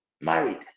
married